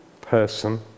person